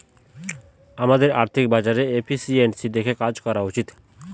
আমাদের আর্থিক বাজারে এফিসিয়েন্সি দেখে কাজ করা উচিত